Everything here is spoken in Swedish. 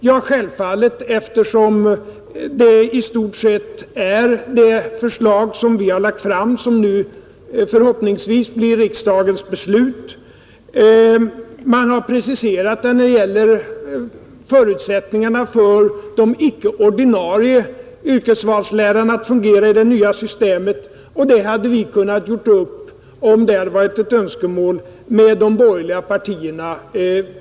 Ja, självfallet, eftersom det i stort sett är det förslag som vi har lagt fram som nu förhoppningsvis blir riksdagens beslut. Man har preciserat det när det gäller förutsättningarna för de icke-ordinarie yrkesvalslärarna att fungera i det nya systemet, och det kunde vi, om det hade varit ett önskemål, ha gjort upp med de borgerliga partierna.